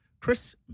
Chris